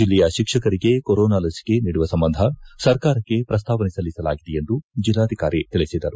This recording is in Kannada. ಜಿಲ್ಲೆಯ ಶಿಕ್ಷಕರಿಗೆ ಕೊರೋನಾ ಲಸಿಕೆ ನೀಡುವ ಸಂಬಂಧ ಸರ್ಕಾರಕ್ಕೆ ಪ್ರಸ್ತಾವನೆ ಸಲ್ಲಿಸಲಾಗಿದೆ ಎಂದು ಜಿಲ್ಲಾಧಿಕಾರಿ ತಿಳಿಸಿದರು